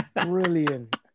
Brilliant